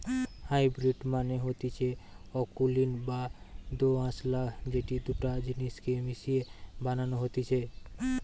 hybrid মানে হতিছে অকুলীন বা দোআঁশলা যেটি দুটা জিনিস কে মিশিয়ে বানানো হতিছে